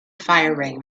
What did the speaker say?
firing